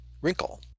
wrinkle